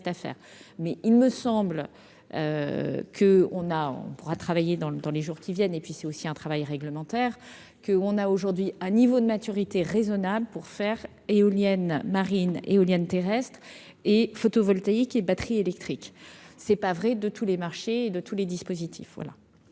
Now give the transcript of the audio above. mais il me semble que on a on pourra travailler dans le dans les jours qui viennent, et puis c'est aussi un travail réglementaire que on a aujourd'hui un niveau de maturité raisonnables pour faire éoliennes marines éolienne terrestre et photovoltaïques et batteries électriques, c'est pas vrai de tous les marchés de tous les dispositifs